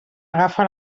agafa